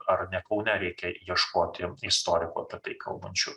ar ne kaune reikia ieškoti istorikų apie tai kalbančių